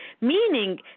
Meaning